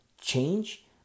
change